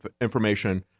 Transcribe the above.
information